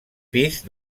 pis